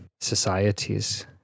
societies